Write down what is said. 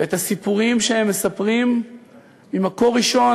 ואת הסיפורים שהם מספרים ממקור ראשון